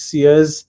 years